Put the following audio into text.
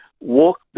walk